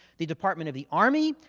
the department of the army,